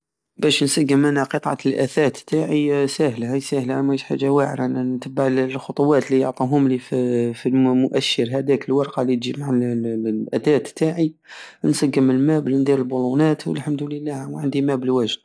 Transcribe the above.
بش نسقم أنا قطعة الأثات تاعي ساهلة هاي ساهلة مش حاجة واعرة نتبع الخطوات الي عطاوهملي فالمؤشر هداك الورقة الي تجي مع للل- الأثات تاعي نسقم المابل وندير البولونات والحمد لله عل المابل واجد